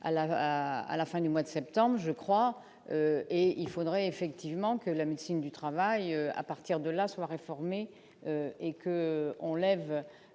à la fin du mois de septembre, je crois, et il faudrait effectivement que la médecine du travail à partir de là soit réformé et que on lève